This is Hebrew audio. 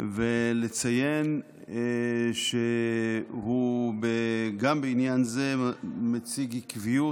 ולציין שהוא גם בעניין זה מציג עקביות.